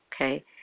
okay